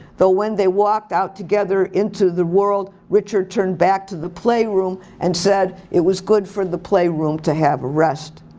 though when they walk out together into the world, richard turned back to the playroom and said, it was good for the playroom to have a rest.